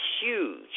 huge